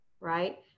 right